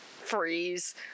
freeze